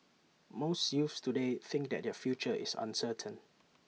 most youths today think that their future is uncertain